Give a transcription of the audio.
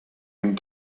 and